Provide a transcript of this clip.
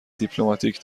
دیپلماتیک